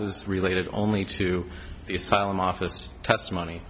was related only to the asylum office testimony